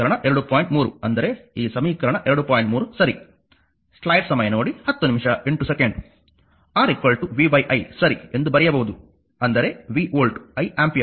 R v i ಸರಿ ಎಂದು ಬರೆಯಬಹುದು ಅಂದರೆ v ವೋಲ್ಟ್ i ಆಂಪಿಯರ್ ಮತ್ತು R ಅದು Ω ಆಗಿದೆ